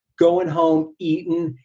going home, eating,